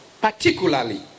particularly